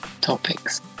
topics